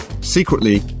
Secretly